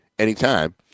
Anytime